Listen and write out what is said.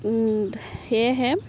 সেয়েহে